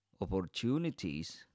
opportunities